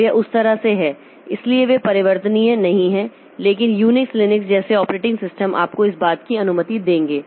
तो यह उस तरह से है इसलिए वे परिवर्तनीय नहीं हैं लेकिन यूनिक्स लिनक्स जैसे ऑपरेटिंग सिस्टम आपको इस बात की अनुमति देंगे